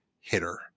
hitter